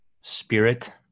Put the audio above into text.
spirit